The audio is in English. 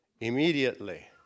immediately